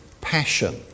passion